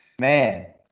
man